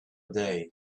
day